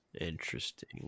Interesting